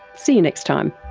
see you next time